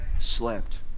slept